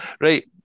Right